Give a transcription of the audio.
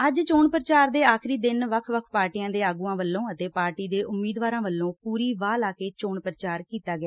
ਅੱਜ ਚੋਣ ਪ੍ਰਚਾਰ ਦੇ ਆਖਰੀ ਦਿਨ ਵੱਖ ਵੱਖ ਪਾਰਟੀਆਂ ਦੇ ਆਗੁਆਂ ਵੱਲੋਂ ਅਤੇ ਪਾਰਟੀ ਦੇ ਉਮੀਦਵਾਰਾਂ ਵੱਲੋਂ ਪੁਰੀ ਵਾਹ ਲਾ ਕੇ ਚੋਣ ਪ੍ਚਾਰ ਕੀਤਾ ਗਿਆ